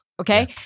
Okay